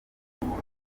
mugenzi